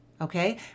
okay